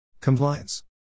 Compliance